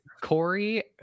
Corey